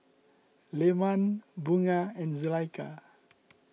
Leman Bunga and Zulaikha